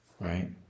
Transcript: right